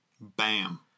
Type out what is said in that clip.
Bam